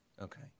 Okay